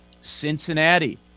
Cincinnati